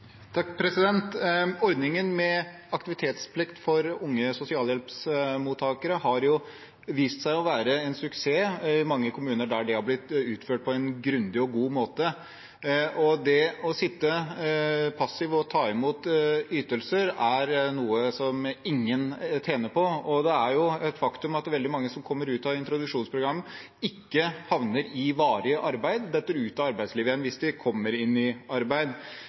måte. Det å sitte passivt og ta imot ytelser er noe som ingen tjener på. Det er et faktum at veldig mange som kommer ut av introduksjonsprogrammet, ikke havner i varig arbeid, og de detter ut av arbeidslivet igjen hvis de kommer i arbeid.